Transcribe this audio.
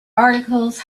articles